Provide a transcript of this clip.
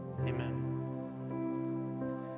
amen